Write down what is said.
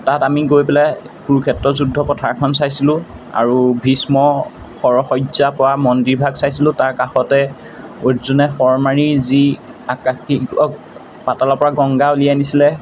তাত আমি গৈ পেলাই কুৰুক্ষেত্ৰ যুদ্ধ পথাৰখন চাইছিলোঁ আৰু ভীষ্ম শৰসজ্যা পোৱা মন্দিৰভাগ চাইছিলোঁ তাৰ কাষতে অৰ্জুনে শৰমাৰী যি আকাশিক পাতালৰ পৰা গংগা উলিয়াই আনিছিলে